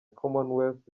commonwealth